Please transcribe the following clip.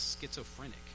schizophrenic